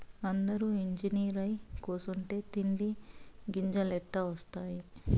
అందురూ ఇంజనీరై కూసుంటే తిండి గింజలెట్టా ఒస్తాయి